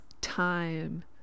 time